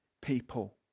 people